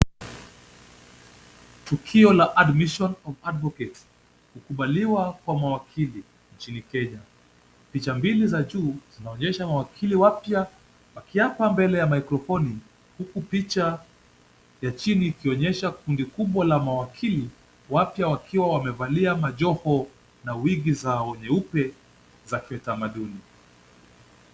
Tukio la admission of advocates kukubaliwa kwa mawakili nchini Kenya. Picha mbili za juu zinaonyesha mawakili wapya wakiapa mbele ya maikrofoni huku picha ya chini ikionyesha kundi kubwa la mawakili wapya wakiwa wamevalia majoho na wigi zao nyeupe za kitamaduni.